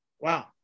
Wow